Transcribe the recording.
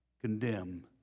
condemn